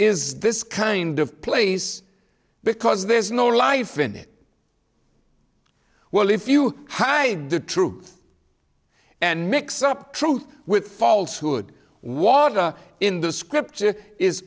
is this kind of place because there is no life in it well if you hide the truth and mix up truth with falshood water in the script